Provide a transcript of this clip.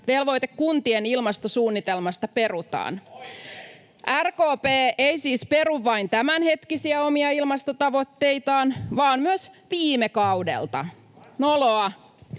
velvoite kuntien ilmastosuunnitelmasta perutaan. [Oikealta: Oikein!] RKP ei siis peru vain tämänhetkisiä omia ilmastotavoitteitaan vaan myös viime kaudelta. Noloa.